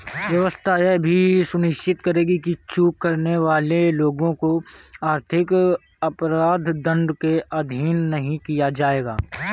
व्यवस्था यह भी सुनिश्चित करेगी कि चूक करने वाले लोगों को आर्थिक अपराध दंड के अधीन नहीं किया जाएगा